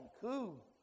cool